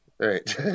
right